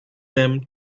them